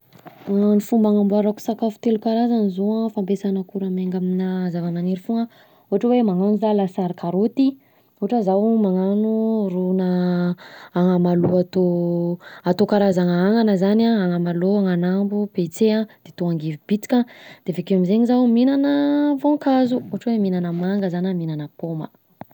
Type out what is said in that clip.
Fomba hanamboarako sakafo telo kazany zao an fampiasana akora miainga aminà zava-maniry fogna ohatra hoe magnano za lasary karaoty, ohatra zaho magnao rona anamalao atao atao karazana agnana zany an, anamalao, ananambo, petsay an, de atao angivy bitika, de avekeo am'zegny zaho mihinana voankazo, ohatra hoe: mihnana manga za, na mihinana pôma.